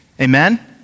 Amen